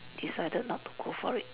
decided not to go for it